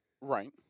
Right